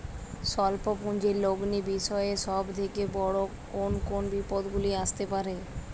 স্বল্প পুঁজির লগ্নি বিষয়ে সব থেকে বড় কোন কোন বিপদগুলি আসতে পারে?